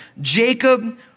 Jacob